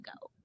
go